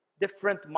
different